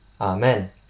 Amen